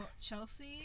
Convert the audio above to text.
Chelsea